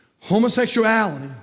Homosexuality